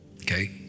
Okay